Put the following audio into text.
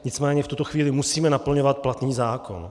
Nicméně v tuto chvíli musíme naplňovat platný zákon.